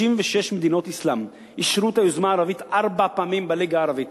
56 מדינות אסלאם אישרו את היוזמה הערבית ארבע פעמים בליגה הערבית.